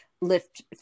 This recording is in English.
lift